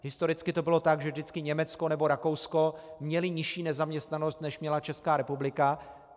Historicky to bylo tak, že vždycky Německo nebo Rakousko měly nižší nezaměstnanost, než měla Česká republika.